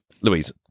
Louise